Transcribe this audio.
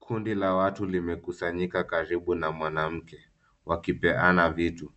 Kundi la watu limekusanyika karibu na mwanamke, wakipeana vitu.